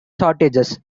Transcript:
shortages